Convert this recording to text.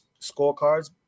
scorecards